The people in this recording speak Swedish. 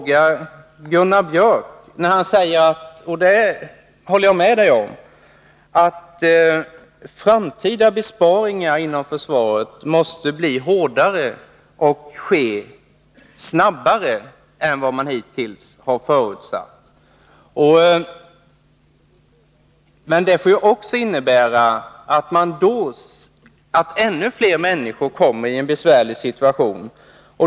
Gunnar Björk i Gävle säger — och därvidlag håller jag med honom =— att framtida besparingar inom försvaret måste bli hårdare och ske snabbare än vad man hittills har förutsatt. Men det innebär också att ännu fler människor kommer i en besvärlig situation.